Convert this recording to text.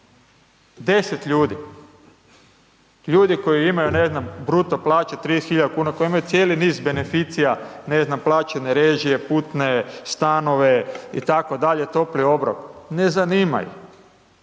10 ljudi, ljudi koji imaju ne znam, bruto plaće 30 hiljada kuna, koji imaju cijeli niz beneficija, ne znam, plaćene režije, putne, stanove, itd. topli obrok ne zanimaju.